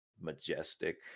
majestic